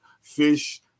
fish